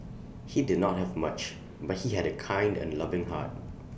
he did not have much but he had A kind and loving heart